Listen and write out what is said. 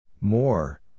More